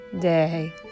day